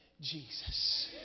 Jesus